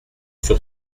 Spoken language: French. sur